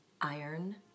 Iron